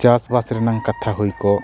ᱪᱟᱥ ᱵᱟᱥ ᱨᱮᱱᱟᱜ ᱠᱟᱛᱷᱟ ᱦᱩᱭ ᱠᱚᱜ